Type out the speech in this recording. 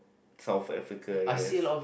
South Africa I guess